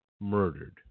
murdered